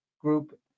Group